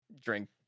drink